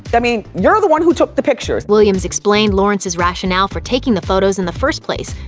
but i mean, you're the one who took the pictures. williams explained lawrence's rationale for taking the photos in the first place,